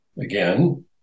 Again